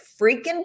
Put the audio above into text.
freaking